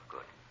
Good